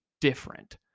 different